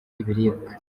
y’ibiribwa